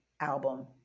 album